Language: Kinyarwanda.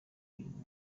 uyu